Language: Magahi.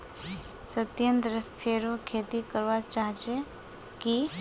सत्येंद्र फेरो खेती करवा चाह छे की